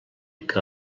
que